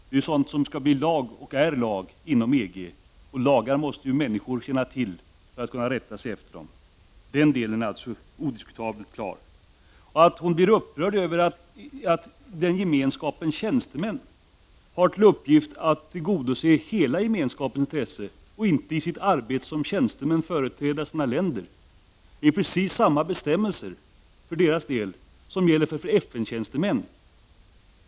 Det är sådant som är lag och som skall bli lag inom EG, och lagar måste människor känna till för att kunna rätta sig efter dem. Det är odiskutabelt. Gudrun Schyman blir upprörd över att Gemenskapens tjänstemän har till uppgift att tillgodose hela Gemenskapens intresse, inte att i sitt arbete som tjänstemän företräda sina länder. Precis samma förhållande gäller för deras del som för FN-tjänstemän.